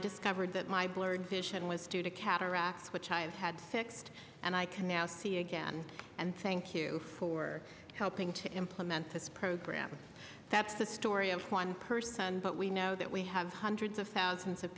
discovered that my blurred vision with student cataracts which i have had fixed and i can now see again and thank you for helping to implement this program that's the story of one person but we know that we have hundreds of thousands of